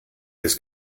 des